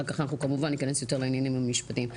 אחר כך אנחנו כמובן ניכנס יותר לעניינים המשפטיים.